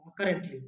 currently